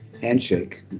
handshake